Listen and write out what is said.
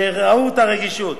שראו את הרגישות,